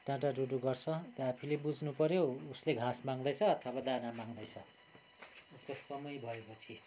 डाँ डाँ डुँ डुँ गर्छ त्यो हामीले बुझ्नुपऱ्यो उसले घाँस माग्दैछ अथवा दाना माग्दैछ उसको समय भएपछि